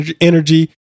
Energy